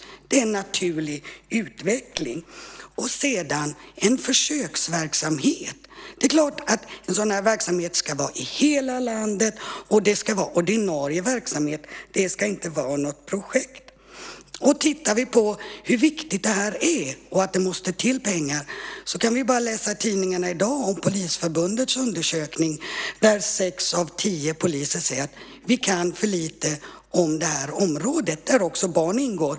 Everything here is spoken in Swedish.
Det är en naturlig utveckling. Beträffande att det här är en försöksverksamhet är det klart att en sådan här verksamhet ska finnas i hela landet och att det ska vara en ordinarie verksamhet. Det ska inte vara något projekt. Tittar vi på hur viktigt det här är och att det måste till pengar så kan vi ju bara läsa tidningarna i dag om Polisförbundets undersökning, där sex av tio poliser säger att de kan för lite om det här området, där också barn ingår.